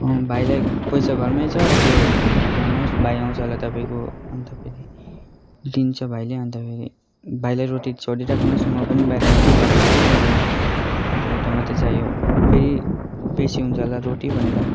भाइलाई पैसा घरमै छ त्यो लानुहोस् भाइ आउँछ होला तपाईँको अन्त फेरि लिन्छ भाइले अन्तफेरि भाइलाई रोटी छोडिराख्नुहोस् मो पनि बाहिर जान्छु घरमा कोही हुँदैन अन्त एउटा मत्तै चाइयो फेरि बेसी हुन्छ होला रोटी भनेर